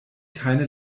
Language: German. keine